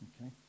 Okay